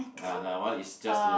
ah that one is just to